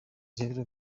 rero